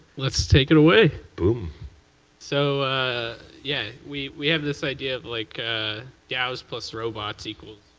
let's take it away. so yeah we we have this idea of like ah daos plus robots.